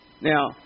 Now